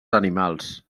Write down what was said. animals